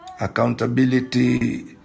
accountability